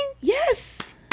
yes